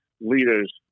leaders